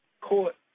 Court